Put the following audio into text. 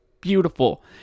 beautiful